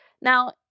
Now